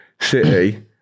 City